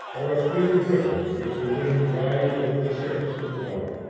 or a fleet of ripples which the wind drives over the surface of the water.